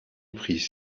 pris